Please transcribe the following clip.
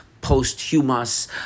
posthumous